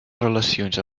relacions